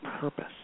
purpose